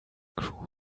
crew